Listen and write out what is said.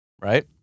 right